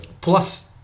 Plus